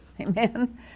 Amen